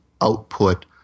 output